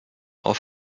auf